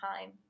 time